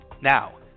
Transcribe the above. Now